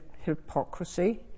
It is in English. hypocrisy